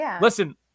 listen